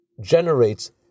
generates